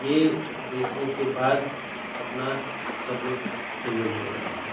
यह देखने के बाद अपना सब लोग सहयोग दे रहे हैं